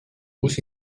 bus